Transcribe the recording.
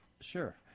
Sure